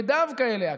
ודווקא אליה,